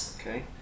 Okay